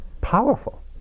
powerful